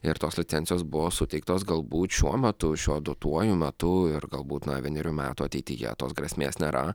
ir tos licencijos buvo suteiktos galbūt šiuo metu šiuo duotuoju metu ir galbūt na vienerių metų ateityje tos grėsmės nėra